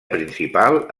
principal